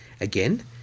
Again